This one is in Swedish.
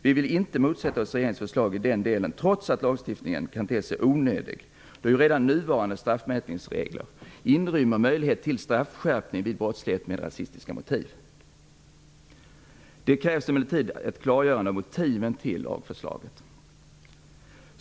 Vi vill inte motsätta oss regeringens förslag i den delen trots att lagstiftningen kan te sig onödig, eftersom nuvarande straffmätningsregler inrymmer möjlighet till straffskärpning vid brottslighet med rasistiska motiv. Det krävs emellertid ett klargörande motiv till lagförslaget.